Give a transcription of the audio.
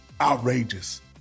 outrageous